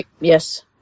Yes